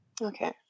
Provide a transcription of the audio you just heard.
Okay